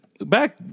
Back